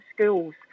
schools